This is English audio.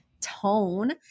tone